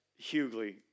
Hughley